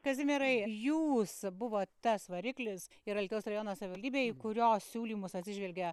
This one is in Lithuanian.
kazimierai jūs buvot tas variklis ir alytaus rajono savivaldybėj į kurio siūlymus atsižvelgė